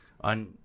on